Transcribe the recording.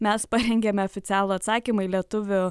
mes parengėme oficialų atsakymą į lietuvių